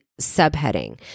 subheading